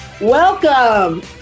Welcome